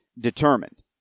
determined